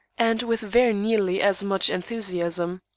and with very nearly as much enthusiasm.